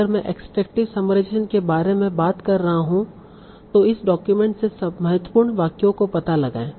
अगर मैं extractive summarization के बारे में बात कर रहा हूं तों इस डॉक्यूमेंट से महत्वपूर्ण वाक्यों का पता लगाएं